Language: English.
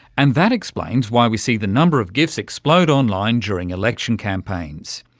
and that explains why we see the number of gifs explode online during election campaigns.